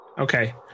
Okay